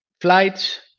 flights